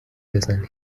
بزنی